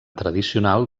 tradicional